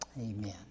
amen